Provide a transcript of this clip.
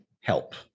help